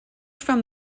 from